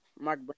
Mark